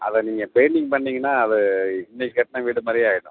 அதை நீங்கள் பெயிண்டிங் பண்ணீங்கன்னால் அது இன்னைக்கு கட்டின வீடு மாதிரியே ஆயிடும்